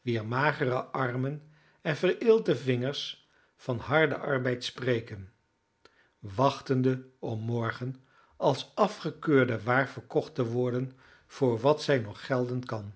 wier magere armen en vereelte vingers van harden arbeid spreken wachtende om morgen als afgekeurde waar verkocht te worden voor wat zij nog gelden kan